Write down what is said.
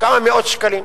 כמה מאות שקלים.